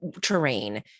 terrain